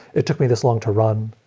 it took me this long to run.